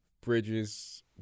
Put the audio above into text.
Bridges